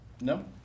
No